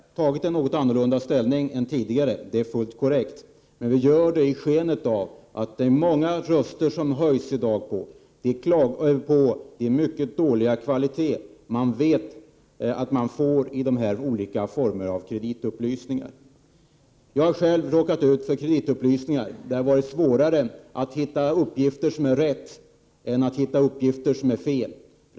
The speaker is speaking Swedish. Herr talman! Vi har förvisso nu intagit en annan ståndpunkt än tidigare — det är fullt korrekt — men vi gör det i skenet av att det i dag är många röster som höjs mot den mycket dåliga kvalitet som man vet att olika former av kreditupplysningar har. Jag har själv råkat ut för kreditupplysningar där det har varit svårare att hitta uppgifter som varit riktiga än att hitta uppgifter som varit felaktiga.